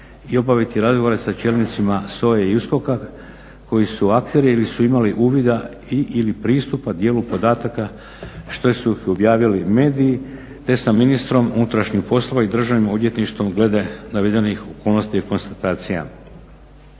i obaviti razgovore sa čelnicima SOA-e i USKOK-a koji su akteri ili su imali uvida ili pristupa dijelu podataka što su ih objavili mediji te sa ministrom unutrašnjih poslova i državnim odvjetništvom glede navedeni okolnosti i konstatacija.